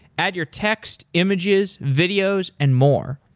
add your text, images, videos and more.